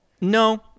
No